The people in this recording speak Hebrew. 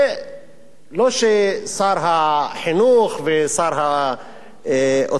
לא ששר החינוך ושר האוצר מתנגדים,